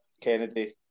Kennedy